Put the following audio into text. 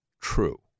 true